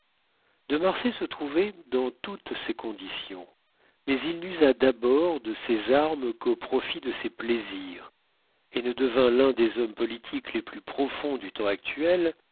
de marsay se trouvait dans toutes ces conditions mais il n'usa d'abord de ses armes qu'au profit de ses plaisirs et ne devint l'un des hommes politiques les plus profonds du temps actuel